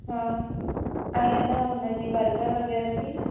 हा ऐं आहे न हुनजी बर्गर वग़ैरह जी